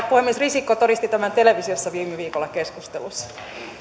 puhemies risikko todisti tämän televisiossa viime viikolla keskustelussa